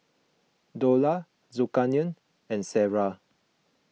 Dollah Zulkarnain and Sarah